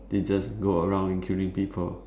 they just go around and killing people